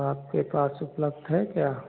आपके पास उपलब्ध है क्या